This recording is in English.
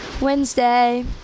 Wednesday